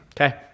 Okay